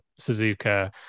Suzuka